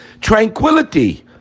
tranquility